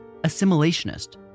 assimilationist